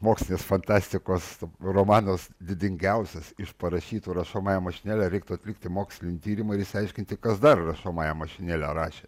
mokslinės fantastikos romanas didingiausias iš parašytų rašomąja mašinėle reiktų atlikti mokslinį tyrimą ir išsiaiškinti kas dar rašomąja mašinėle rašė